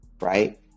Right